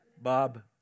Bob